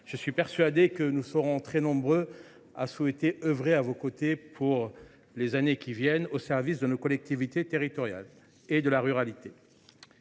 je suis persuadé que nous serons très nombreux à souhaiter œuvrer à vos côtés, pour les années à venir, au service de nos collectivités territoriales et de la ruralité.